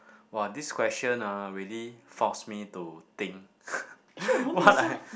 !wah! this question ah really force me to think what I